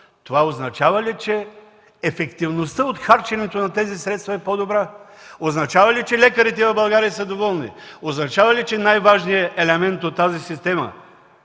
Това означава ли, че ефективността от харченето на тези средства е по-добра? Означава ли, че лекарите в България са доволни? Означава ли, че най-важният елемент от тази система –